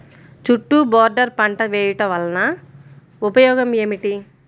చుట్టూ బోర్డర్ పంట వేయుట వలన ఉపయోగం ఏమిటి?